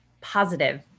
positive